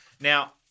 Now